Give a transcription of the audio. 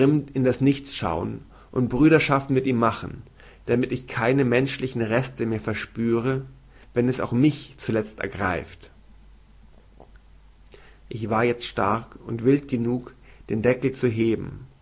in das nichts schauen und brüderschaft mit ihm machen damit ich keine menschlichen reste mehr verspüre wenn es auch mich zulezt ergreift ich war jezt stark und wild genug den deckel zu heben